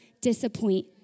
disappoint